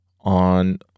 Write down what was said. on